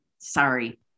sorry